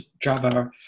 Java